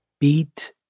beat